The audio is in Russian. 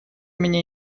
меня